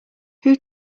who